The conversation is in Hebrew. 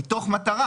המספרים,